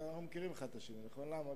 אנחנו מכירים זה את זה, נכון?